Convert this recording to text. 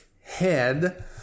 head